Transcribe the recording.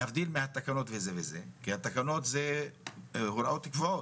להבדיל מהתקנות שהן הוראות קבועות,